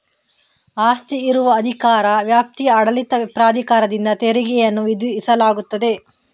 ಆಸ್ತಿ ಇರುವ ಅಧಿಕಾರ ವ್ಯಾಪ್ತಿಯ ಆಡಳಿತ ಪ್ರಾಧಿಕಾರದಿಂದ ತೆರಿಗೆಯನ್ನು ವಿಧಿಸಲಾಗುತ್ತದೆ